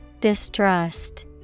Distrust